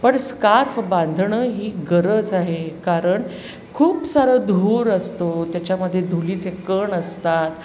पण स्कार्फ बांधणं ही गरज आहे कारण खूप सारं धूर असतो त्याच्यामध्ये धुळीचे कण असतात